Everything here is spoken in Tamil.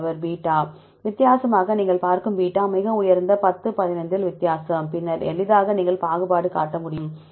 மாணவர் பீட்டா வித்தியாசமாக நீங்கள் பார்க்கும் பீட்டா மிக உயர்ந்த 10 15 வித்தியாசம் பின்னர் எளிதாக நீங்கள் பாகுபாடு காட்ட முடியும்